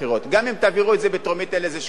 גם אם תעבירו את זה בטרומית אין לזה שום ערך,